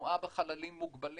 בתנועה בחללים מוגבלים,